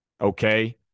okay